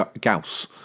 Gauss